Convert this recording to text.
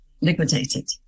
liquidated